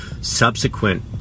subsequent